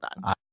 done